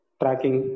tracking